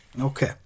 Okay